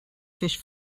fish